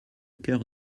cœur